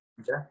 Okay